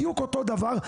בדיוק אותו דבר,